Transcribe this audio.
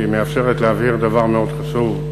כי היא מאפשרת להבהיר דבר מאוד חשוב.